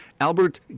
Albert